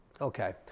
Okay